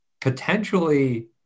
potentially